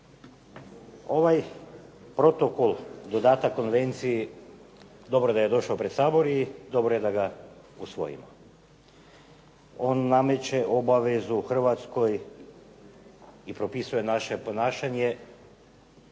Ovaj protokol, dodatak konvenciji dobro da je došao pred Sabor i dobro je da ga usvojimo. On nameće obavezu Hrvatskoj i propisuje naše ponašanje